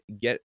get